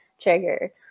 Trigger